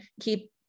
Keep